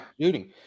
shooting